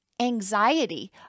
anxiety